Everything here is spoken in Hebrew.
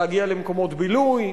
להגיע למקומות בילוי.